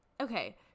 okay